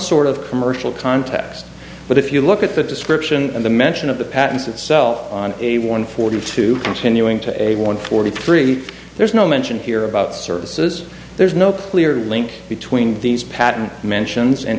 sort of commercial context but if you look at the description and the mention of the patents itself on a one forty two continuing to a one forty three there's no mention here about services there's no clear link between these patent mentions and